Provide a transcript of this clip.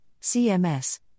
CMS